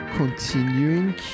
continuing